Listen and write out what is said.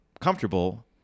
comfortable